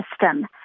system